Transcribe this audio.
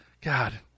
God